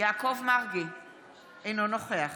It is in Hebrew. אינו נוכח